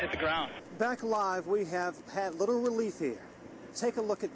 the ground back alive we have had literally take a look at